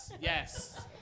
yes